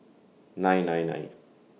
nine nine nine